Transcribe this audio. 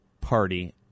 Party